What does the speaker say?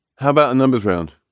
how about a numbers round?